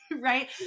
Right